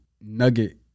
nugget